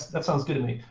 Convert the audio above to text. that sounds good to me.